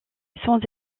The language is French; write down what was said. sans